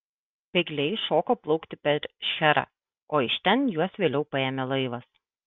bėgliai šoko plaukti per šcherą o iš ten juos vėliau paėmė laivas